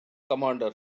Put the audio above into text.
commander